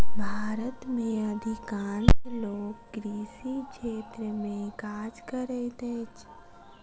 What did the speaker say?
भारत में अधिकांश लोक कृषि क्षेत्र में काज करैत अछि